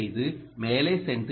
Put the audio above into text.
தயவுசெய்து மேலே சென்று டி